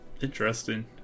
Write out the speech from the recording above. Interesting